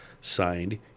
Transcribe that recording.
signed